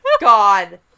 god